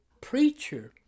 preacher